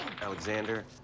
Alexander